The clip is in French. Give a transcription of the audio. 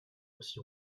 aussi